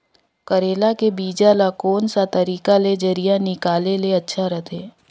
करेला के बीजा ला कोन सा तरीका ले जरिया निकाले ले अच्छा रथे?